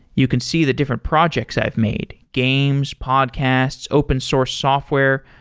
you can see the different projects i've made games, podcasts, open source software.